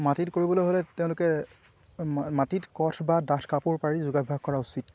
মাটিত কৰিবলৈ হ'লে তেওঁলোকে মাটিত কঠ বা ডাঠ কাপোৰ পাৰি যোগাভ্যাস কৰা উচিত